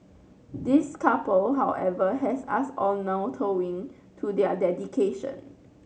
this couple however has us all kowtowing to their dedication